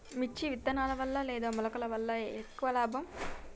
మిర్చి విత్తనాల వలన లేదా మొలకల ద్వారా ఎక్కువ లాభం?